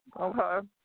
Okay